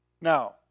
Now